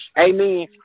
amen